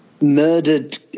murdered